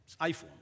iPhone